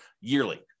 yearly